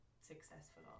successful